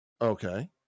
Okay